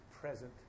present